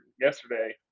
yesterday